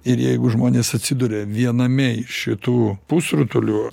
ir jeigu žmonės atsiduria viename iš šitų pusrutulių